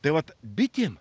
tai vat bitėm